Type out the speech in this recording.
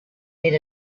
made